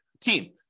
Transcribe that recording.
team